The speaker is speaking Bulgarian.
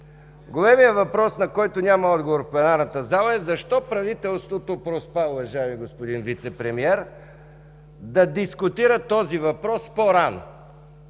Големият въпрос, на който няма отговор в пленарната зала, е: защо правителството проспа, уважаеми господин Вицепремиер, да дискутира този въпрос по-рано?